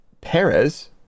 Perez